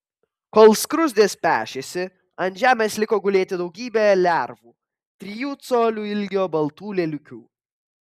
kol skruzdės pešėsi ant žemės liko gulėti daugybė lervų trijų colių ilgio baltų lėliukių